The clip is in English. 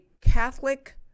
Catholic